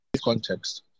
Context